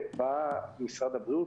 בא משרד הבריאות,